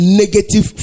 negative